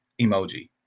emoji